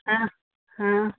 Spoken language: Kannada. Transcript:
ಹಾಂ ಹಾಂ